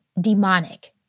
demonic